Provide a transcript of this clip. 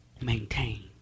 maintain